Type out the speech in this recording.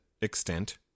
extent